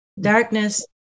darkness